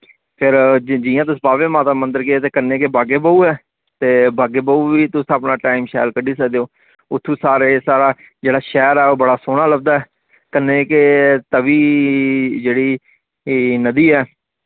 फिर जि'यां तुस बावे माता मंदर गे ते कन्ने गे बाग ए बहु ऐ ते बाग ए बहु वी तुस टाइम अपना शैल कड्डी सकदे ओ उत्थुं सारे साढ़ा जेह्ड़ा शैह्र ऐ ओह् बड़ा सोहना लब्दा ऐ कन्नै के तवी जेह्ड़ी नदी ऐ